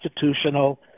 constitutional